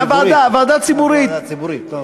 הוועדה הציבורית.